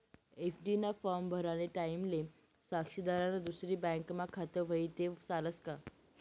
FD ना form भरानी टाईमले साक्षीदारनं दुसरी बँकमा खातं व्हयी ते चालस का